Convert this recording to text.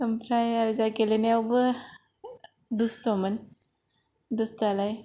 ओमफ्राय ओरैजाय गेलेनायावबो दुस्थ'मोन दुस्थ' आलाय